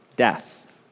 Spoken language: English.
death